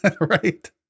Right